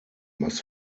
must